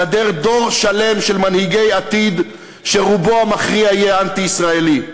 גדל דור שלם של מנהיגי עתיד שרובו המכריע יהיה אנטי-ישראלי.